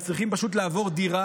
הם פשוט צריכים לעבור דירה.